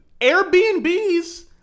Airbnbs